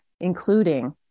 including